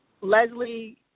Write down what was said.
Leslie